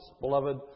Beloved